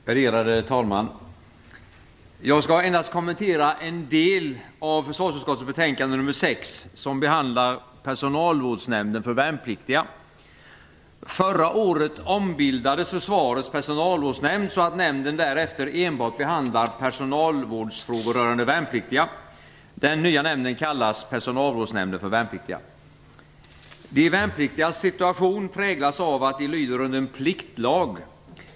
Värderade talman! Jag skall endast kommentera den del av försvarsutskottets betänkande nr 6 som behandlar Personalvårdsnämnden för värnpliktiga. Förra året ombildades Försvarets personalvårdsnämnd så att nämnden därefter enbart behandlar personalvårdsfrågor rörande värnpliktiga. Den nya nämnden kallas Personalvårdsnämnden för värnpliktiga. De värnpliktigas situation präglas av att de lyder under en pliktlag.